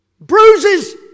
Bruises